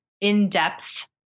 in-depth